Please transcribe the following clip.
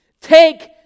take